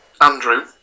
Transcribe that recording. Andrew